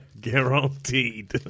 guaranteed